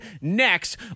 next